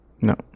No